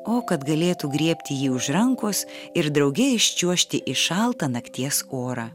o kad galėtų griebti jį už rankos ir drauge iščiuožti į šaltą nakties orą